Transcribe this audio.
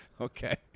Okay